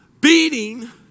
beating